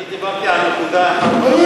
אני דיברתי על נקודה אחת.